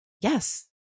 Yes